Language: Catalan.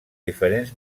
diferents